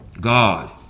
God